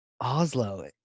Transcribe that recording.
Oslo